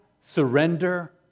surrender